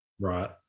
right